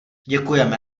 děkujeme